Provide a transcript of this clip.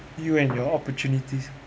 you and your opportunities